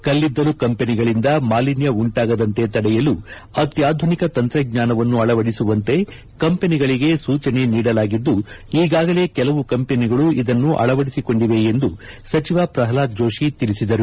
ಕಲ್ಲಿದ್ದಲು ಕಂಪನಿಗಳಿಂದ ಮಾಲಿನ್ಯ ಉಂಟಾಗದಂತೆ ತಡೆಯಲು ಅತ್ಯಾಧುನಿಕ ತಂತ್ರಜ್ಞಾನವನ್ನು ಅಳವದಿಸುವಂತೆ ಕಂಪನಿಗಳಿಗೆ ಸೂಚನೆ ನೀಡಲಾಗಿದ್ದು ಈಗಾಗಲೇ ಕೆಲವು ಕಂಪನಿಗಳು ಇದನ್ನು ಅಳವಡಿಸಿಕೊಂಡಿವೆ ಎಂದು ಸಚಿವ ಪ್ರಹ್ಲಾದ್ ಜೋಶಿ ಹೇಳಿದರು